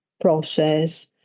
process